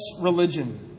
religion